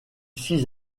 six